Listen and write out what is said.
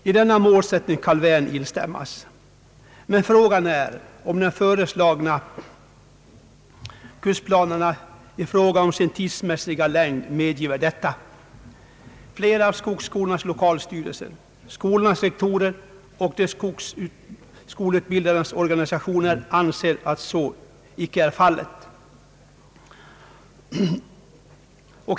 I denna målsättning kan man väl instämma, men fråga är om den föreslagna kursplanen med sin tidsmässiga längd medgiver detta. Flera av skogsskolornas lokalstyrelser, skolornas rektorer och de skogsskoleutbildades organisationer anser att så icke är fallet.